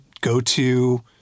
go-to